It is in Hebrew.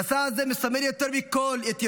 המסע הזה מסמל יותר מכול את ירושלים.